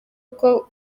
uko